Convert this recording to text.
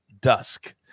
dusk